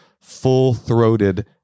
full-throated